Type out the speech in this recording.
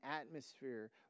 atmosphere